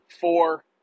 four